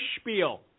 spiel